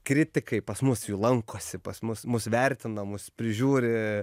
kritikai pas mus lankosi pas mus mus vertina mus prižiūri